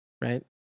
right